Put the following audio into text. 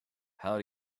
how